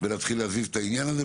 ולהתחיל להזיז את העניין הזה.